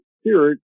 spirit